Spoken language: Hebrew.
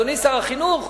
אדוני שר החינוך,